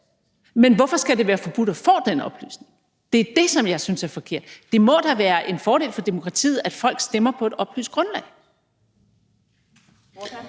Men hvorfor skal det være forbudt at få den oplysning? Det er det, som jeg synes er forkert. Det må da være en fordel for demokratiet, at folk stemmer på et oplyst grundlag.